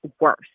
worse